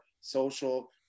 social